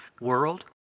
world